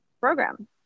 program